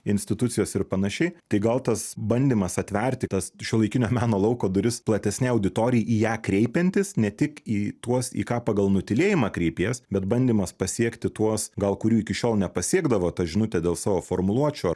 institucijos ir panašiai tai gal tas bandymas atverti tas šiuolaikinio meno lauko duris platesnei auditorijai į ją kreipiantis ne tik į tuos į ką pagal nutylėjimą kreipies bet bandymas pasiekti tuos gal kurių iki šiol nepasiekdavo ta žinutė dėl savo formuluočių ar